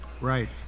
Right